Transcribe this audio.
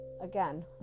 Again